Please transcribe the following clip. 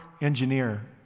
engineer